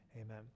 Amen